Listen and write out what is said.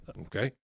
Okay